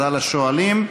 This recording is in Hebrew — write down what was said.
תודה לשואלים.